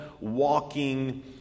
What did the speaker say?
walking